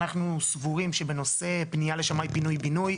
אנחנו סבורים שבנושא פנייה לשמאי פינוי בינוי,